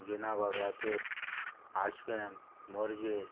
Anjuna Vagator Ashwem Morjim